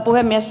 puhemies